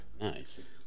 Nice